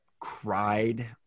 cried